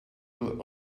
really